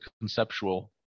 conceptual